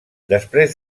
després